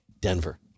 Denver